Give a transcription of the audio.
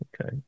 okay